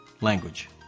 language